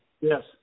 Yes